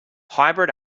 hybrid